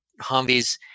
Humvees